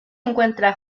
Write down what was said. encuentra